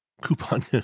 Coupon